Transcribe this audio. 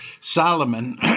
solomon